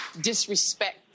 disrespect